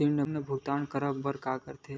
ऋण भुक्तान काबर कर थे?